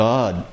God